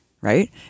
right